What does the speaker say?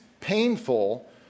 painful